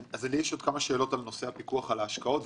לי יש עוד כמה שאלות על נושא הפיקוח על ההשקעות.